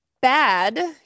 bad